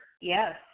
Yes